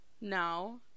now